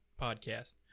podcast